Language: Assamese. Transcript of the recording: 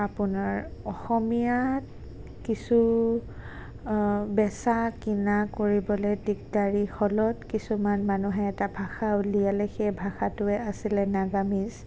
আপোনাৰ অসমীয়াত কিছু বেচা কিনা কৰিবলৈ কিছুমান মানুহে এটা ভাষা উলিয়ালে সেই ভাষাটোৱে আছিলে নাগামিজ